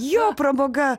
jo pramoga